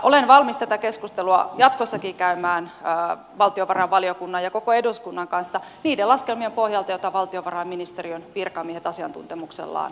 olen valmis tätä keskustelua jatkossakin käymään valtiovarainvaliokunnan ja koko eduskunnan kanssa niiden laskelmien pohjalta joita valtiovarainministeriön virkamiehet asiantuntemuksellaan ovat toimittaneet